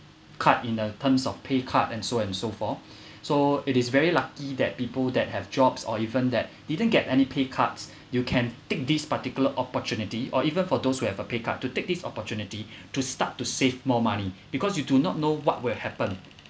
cut in a terms of pay cut and so and so forth so it is very lucky that people that have jobs or even that didn't get any pay cuts you can take this particular opportunity or even for those who have a pay cut to take this opportunity to start to save more money because you do not know what will happen